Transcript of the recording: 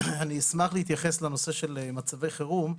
אני אשמח להתייחס לנושא של מצבי חירום.